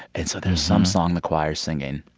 and so there's some song the choir's singing.